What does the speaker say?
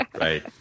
Right